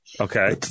Okay